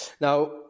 Now